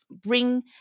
bring